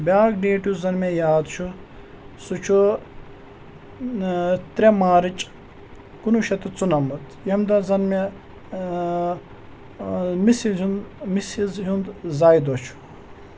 بیاکھ ڈیٹ یُس زَن مےٚ یاد چھُ سُہ چھُ ترٛےٚ مارٕچ کُنوُہ شیٚتھ تہٕ ژُنَمَتھ ییٚمہِ دۄہ زَن مےٚ مِسِز ہُنٛد مِسِز ہُنٛد زایہِ دۄہ چھُ